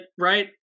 right